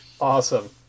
awesome